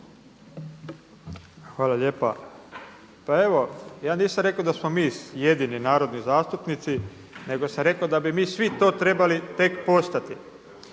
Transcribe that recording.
Hvala lijepa. Pa evo, ja nisam rekao da smo mi jedini narodni zastupnici, nego sam rekao da bi mi svi to trebali tek postati.